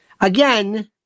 again